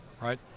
Right